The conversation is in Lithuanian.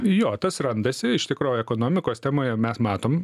jo tas randasi iš tikro ekonomikos temoje mes matom